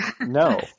No